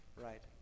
Right